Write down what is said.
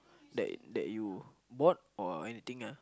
that that you bought or anything lah